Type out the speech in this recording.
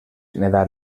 nedar